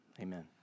Amen